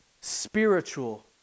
spiritual